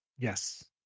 Yes